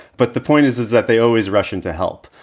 but the point is, is that they always rush in to help.